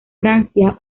francia